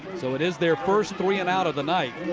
so it is their first three and out of the night.